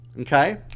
okay